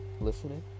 listening